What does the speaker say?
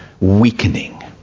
weakening